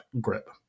grip